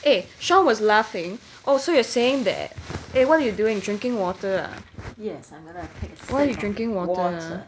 eh shawn was laughing oh so you're saying that eh what you doing drinking water ah why you drinking water ah